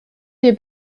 des